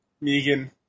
Megan